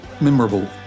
Memorable